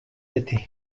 beti